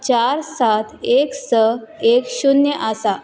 चार सात एक स एक शुन्य आसा